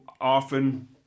often